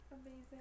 Amazing